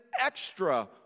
extra